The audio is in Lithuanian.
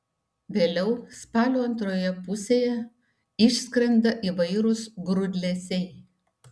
vėliau spalio antroje pusėje išskrenda įvairūs grūdlesiai